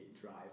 drive